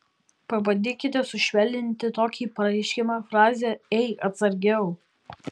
pabandykite sušvelninti tokį pareiškimą fraze ei atsargiau